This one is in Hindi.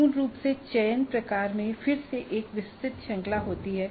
मूल रूप से चयन प्रकार में फिर से एक विस्तृत श्रृंखला होती है